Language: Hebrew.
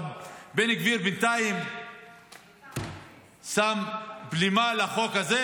אבל בן גביר בינתיים שם בלימה על החוק הזה,